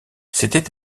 c’était